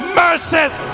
mercies